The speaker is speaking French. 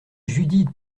judith